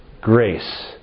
grace